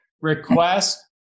request